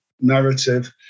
narrative